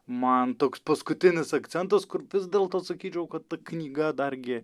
man toks paskutinis akcentas kur vis dėlto sakyčiau kad ta knyga dargi